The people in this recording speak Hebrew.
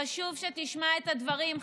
חשוב שתשמע את הדברים.